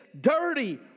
dirty